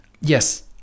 yes